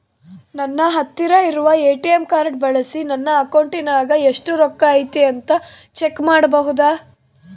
ನನ್ನ ಹತ್ತಿರ ಇರುವ ಎ.ಟಿ.ಎಂ ಕಾರ್ಡ್ ಬಳಿಸಿ ನನ್ನ ಅಕೌಂಟಿನಾಗ ಎಷ್ಟು ರೊಕ್ಕ ಐತಿ ಅಂತಾ ಚೆಕ್ ಮಾಡಬಹುದಾ?